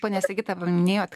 ponia sigita paminėjot